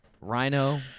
Rhino